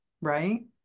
right